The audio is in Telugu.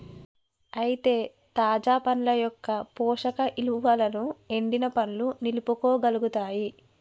అయితే తాజా పండ్ల యొక్క పోషక ఇలువలను ఎండిన పండ్లు నిలుపుకోగలుగుతాయి